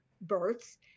births